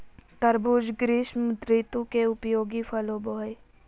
तरबूज़ ग्रीष्म ऋतु के उपयोगी फल होबो हइ